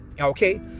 okay